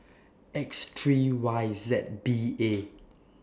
X three Y Z B A